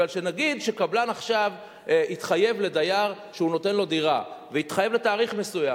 נניח שקבלן עכשיו התחייב לדייר שהוא נותן לו דירה והתחייב לתאריך מסוים,